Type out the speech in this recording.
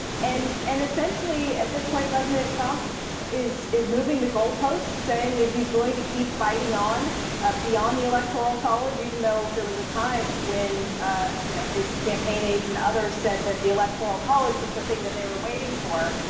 and and, essentially, at this point, president trump is is moving the goalposts, saying that he is going to keep fighting on beyond the electoral college, even though there was a time when you know his campaign aides and others said that the electoral college was the thing that they were waiting for.